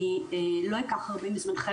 אני לא אקח הרבה מזמנכם,